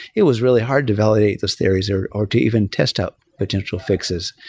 it was really hard to validate those theories or or to even test up potential fixes.